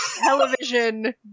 television